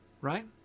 right